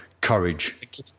Courage